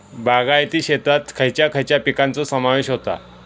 बागायती शेतात खयच्या खयच्या पिकांचो समावेश होता?